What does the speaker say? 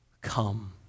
come